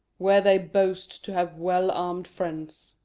where they boast to have well-armed friends.